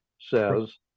says